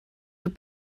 voor